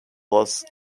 was